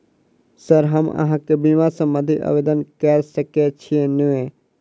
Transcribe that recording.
Sir हम अहाँ केँ बीमा संबधी आवेदन कैर सकै छी नै?